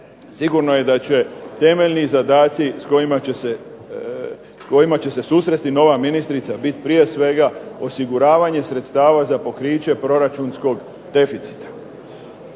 sigurno je da će temeljni zadaci s kojima će se susresti nova ministrica biti prije svega osiguravanje sredstava za pokriće proračunskog deficita.